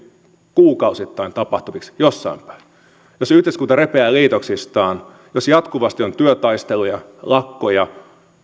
kuukausittain tapahtuviksi jossain päin jos yhteiskunta repeää liitoksistaan jos jatkuvasti on työtaisteluja lakkoja